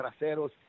traseros